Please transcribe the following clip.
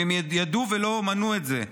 אם הם ידעו ולא מנעו את זה,